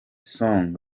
song